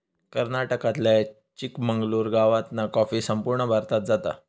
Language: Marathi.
कर्नाटकातल्या चिकमंगलूर गावातना कॉफी संपूर्ण भारतात जाता